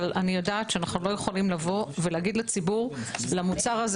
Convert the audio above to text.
אבל אני יודעת שאנו לא יכולים להגיד לציבור: למוצר הזה